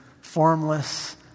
formless